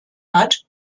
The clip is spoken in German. hat